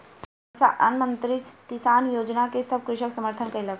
प्रधान मंत्री किसान योजना के सभ कृषक समर्थन कयलक